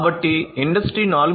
కాబట్టి ఇండస్ట్రీ 4